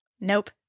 Nope